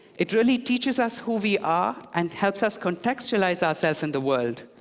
it really teaches us who we are, and helps us contextualize ourselves in the world,